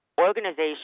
organization